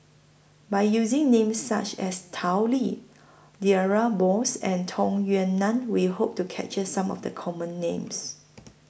By using Names such as Tao Li Deirdre Moss and Tung Yue Nang We Hope to capture Some of The Common Names